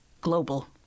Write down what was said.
global